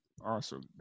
Awesome